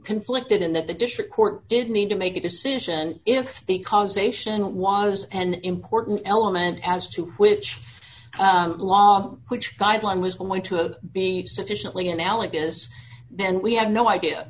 conflicted in that the district court did need to make a decision if the causation was an important element as to which law seven which guideline was going to a be sufficiently analogous and we had no